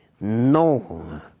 no